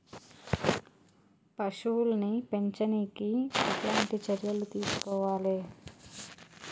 పశువుల్ని పెంచనీకి ఎట్లాంటి చర్యలు తీసుకోవాలే?